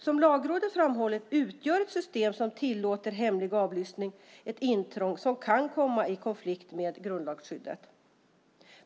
Som Lagrådet framhållit utgör ett system som tillåter hemlig avlyssning ett intrång som kan komma i konflikt med grundlagsskyddet.